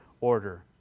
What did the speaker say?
order